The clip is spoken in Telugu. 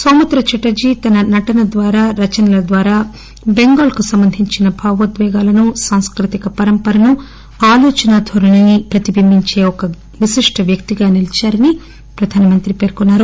సౌమిత్ర ఛటర్లీ తన నటన ద్వారా రచనలద్వారా బెంగాల్ కు సంబంధించిన భావోద్వేగాలను సాంస్కృతిక పరంపరను ఆలోచనా ధోరణిని ప్రతిబింబించే ఒక గొప్ప వ్యక్తిగా విశిష్టవ్యక్తిగా నిలిచారని ప్రధానమంత్రిఅన్నారు